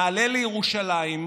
נעלה לירושלים,